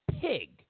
pig